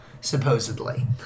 supposedly